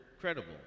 credible